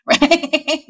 Right